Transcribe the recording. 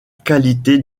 qualité